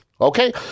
okay